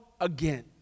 again